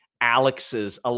Alex's